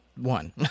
one